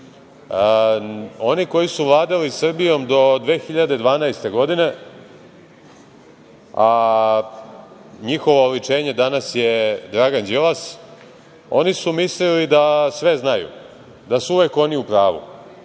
Oni koji su vladali Srbijom do 2012. godine, a njihovo oličenje danas je Dragan Đilas, oni su mislili da sve znaju, da su uvek oni u pravu